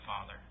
Father